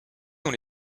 dans